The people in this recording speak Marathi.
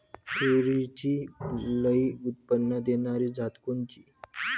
तूरीची लई उत्पन्न देणारी जात कोनची?